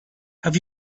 have